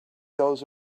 those